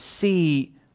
see